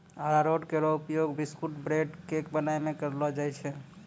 अरारोट केरो उपयोग biscuit, bread, cake बनाय म कयलो जाय छै